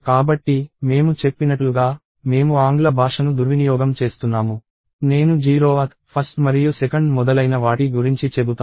కాబట్టి మేము చెప్పినట్లుగా మేము ఆంగ్ల భాషను దుర్వినియోగం చేస్తున్నాము నేను 0th 1st మరియు 2nd మొదలైన వాటి గురించి చెబుతాము